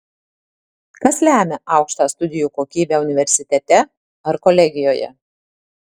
kas lemia aukštą studijų kokybę universitete ar kolegijoje